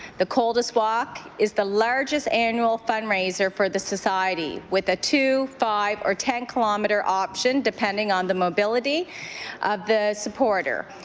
the coldest walk is the largest annual fundraiser for the society with a two, five or ten kilometer option depending on the mobility of the supporter.